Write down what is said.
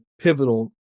pivotal